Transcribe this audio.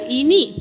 ini